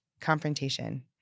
confrontation